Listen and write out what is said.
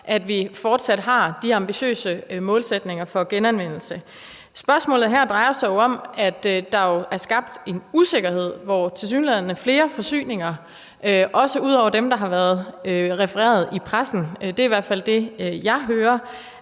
at vi fortsat har de ambitiøse målsætninger for genanvendelse. Spørgsmål her drejer sig jo om, at der er skabt en usikkerhed, hvor tilsyneladende flere forsyninger – også ud over dem, der har været refereret i pressen; det er i hvert fald det, jeg hører